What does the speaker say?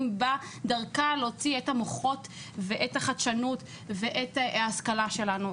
דרכה להוציא את המוחות ואת החדשנות ואת ההשכלה שלנו.